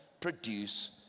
produce